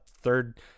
third